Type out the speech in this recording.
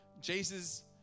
Jesus